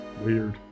weird